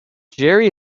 jerry